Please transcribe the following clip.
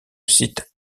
site